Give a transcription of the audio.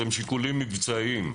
הם שיקולים מבצעיים,